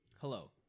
Hello